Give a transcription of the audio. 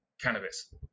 cannabis